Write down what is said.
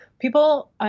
people